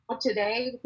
today